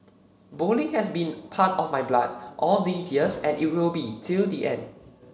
bowling has been part of my blood all these years and it will be till the end